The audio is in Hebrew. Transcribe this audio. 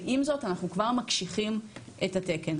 ועם זאת, אנחנו כבר מקשיחים את התקן.